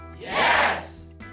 Yes